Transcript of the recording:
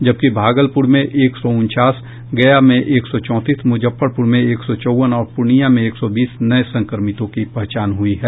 जबकि भागलपुर में एक सौ उनचास गया में एक सौ चौंतीस मुजफ्फरपुर में एक सौ चौवन और पूर्णिया में एक सौ बीस नये संक्रमितों की पहचान हयी है